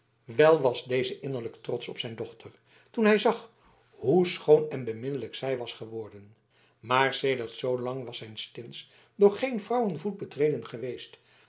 wel was deze innerlijk trotsch op zijn dochter toen hij zag hoe schoon en beminnelijk zij was geworden maar sedert zoolang was zijn stins door geen vrouwenvoet betreden geweest